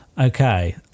Okay